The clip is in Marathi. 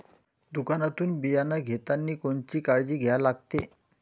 दुकानातून बियानं घेतानी कोनची काळजी घ्या लागते?